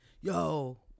Yo